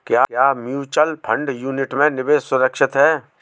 क्या mutual fund unit में निवेश सुरक्षित है?